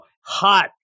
hot